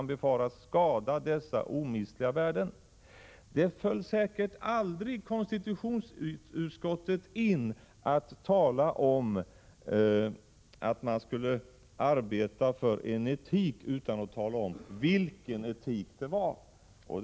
1986/87:33 befaras skada dessa omistliga värden.” 21 november 1986 Det föll säkert aldrig utskottet in att tala om att man skulle arbeta fören = mag etik utan att tala om vilken etik det rörde sig om.